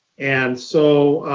and so,